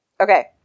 Okay